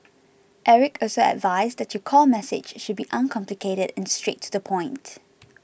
Eric also advised that your core message should be uncomplicated and straight to the point